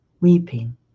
weeping